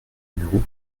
numéro